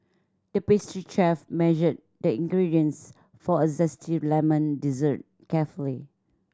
the pastry chef measured the ingredients for a zesty lemon dessert carefully